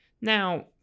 Now